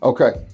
Okay